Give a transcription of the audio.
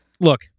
look